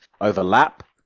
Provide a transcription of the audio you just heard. overlap